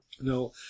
No